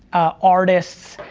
artists,